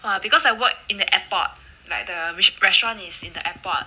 ah because I work in the airport like the which restaurant is in the airport